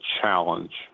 challenge